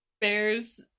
Bear's